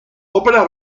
ópera